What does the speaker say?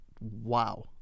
wow